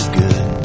good